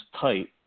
tight